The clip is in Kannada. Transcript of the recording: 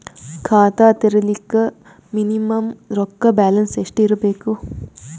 ಖಾತಾ ತೇರಿಲಿಕ ಮಿನಿಮಮ ರೊಕ್ಕ ಬ್ಯಾಲೆನ್ಸ್ ಎಷ್ಟ ಇರಬೇಕು?